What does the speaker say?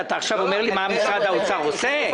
שאתה עכשיו אומר לי מה משרד האוצר עושה?